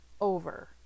over